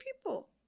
people